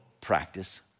practice